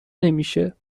نمیشه